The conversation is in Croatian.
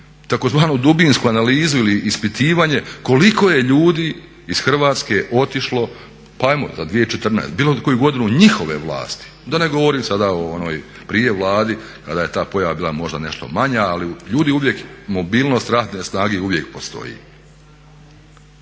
tzv. dubinsku analizu ili ispitivanje koliko je ljudi iz Hrvatske otišlo pa ajmo za 2014., bilo koju godinu njihove vlasti, da ne govorim sada o onoj prije Vladi kada je ta pojava bila možda nešto manja. Ali ljudi uvijek, mobilnost radne snage uvijek postoji.